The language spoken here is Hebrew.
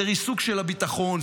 זה ריסוק של הביטחון.